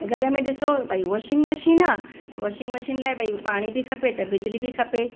घर में ॾिसो भई वॉशिंग मशीन आहे त वॉशिंग मशीन लाइ भई पाणी बि खपे त बिजली बि खपे